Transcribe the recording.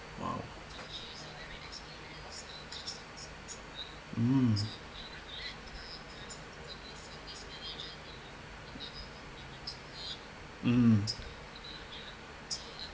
!wow! mm mm